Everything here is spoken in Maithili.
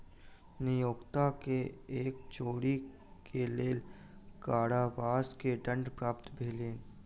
नियोक्ता के कर चोरी के लेल कारावास के दंड प्राप्त भेलैन